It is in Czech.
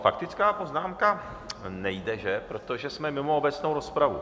Faktická poznámka nejde, protože jsme mimo obecnou rozpravu.